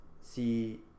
see